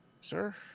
sir